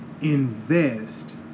invest